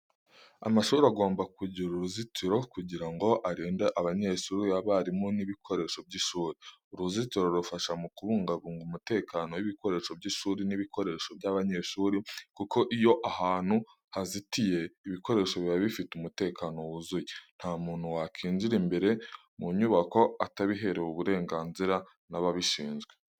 Amashuri agomba kugira uruzitiro kugira ngo arinde abanyeshuri, abarimu n'ibikoresho by'ishuri. Uruzitiro rufasha mu kubungabunga umutekano w'ibikoresho by'ishuri n'ibikoresho by'abanyeshuri, kuko iyo ahantu hazitiye, ibikoresho biba bifite umutekano wuzuye. Nta muntu wakinjira imbere mu nyubako atabiherewe uburenganzira n'ababishizwe.